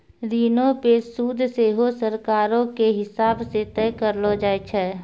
ऋणो पे सूद सेहो सरकारो के हिसाब से तय करलो जाय छै